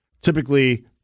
Typically